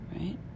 right